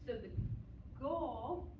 so the goal